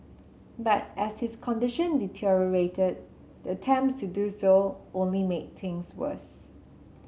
but as his condition deteriorated the attempts to do so only made things worse